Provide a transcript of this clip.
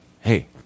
hey